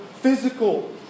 physical